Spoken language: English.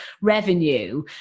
revenue